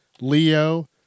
Leo